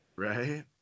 Right